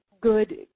good